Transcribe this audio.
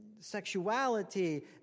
sexuality